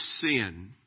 sin